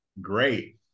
Great